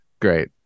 Great